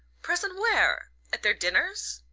present where? at their dinners?